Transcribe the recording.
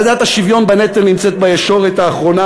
ועדת השוויון בנטל נמצאת בישורת האחרונה.